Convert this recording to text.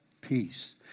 peace